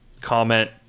comment